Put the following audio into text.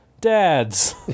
Dads